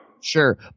sure